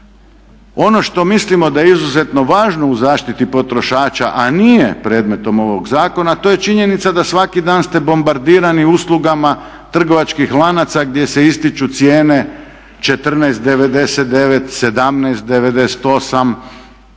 Ono što mislimo da je izuzetno važno u zaštiti potrošača, a nije predmetom ovog zakona to je činjenica da svaki dan ste bombardirani uslugama trgovačkih lanaca gdje se ističu cijene 14,99, 17,98,